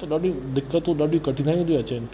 त ॾाढी दिक़तूं ॾाढियूं कठिनायूं थियूं अचनि